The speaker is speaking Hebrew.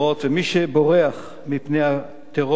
ומי שבורח מפני הטרור,